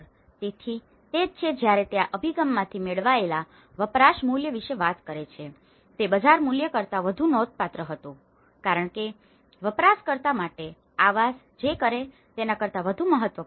તેથી તે જ છે જ્યારે તે આ અભિગમમાંથી મેળવાયેલા વપરાશ મૂલ્ય વિશે વાત કરે છે તે બજાર મૂલ્ય કરતાં વધુ નોંધપાત્ર હતું કારણ કે વપરાશકર્તા માટે આવાસ જે કરે છે તે તેના કરતા વધુ મહત્વપૂર્ણ છે